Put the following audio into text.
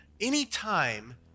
anytime